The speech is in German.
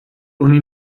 uni